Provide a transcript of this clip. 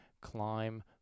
climb